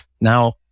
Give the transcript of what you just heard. now